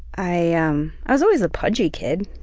i um i was always a pudgy kid,